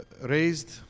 raised